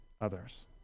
others